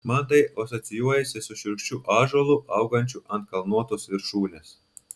man tai asocijuojasi su šiurkščiu ąžuolu augančiu ant kalnuotos viršūnės